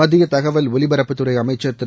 மத்திய தகவல் ஒலிபரப்புத் துறை அமைச்சர் திரு